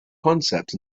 concept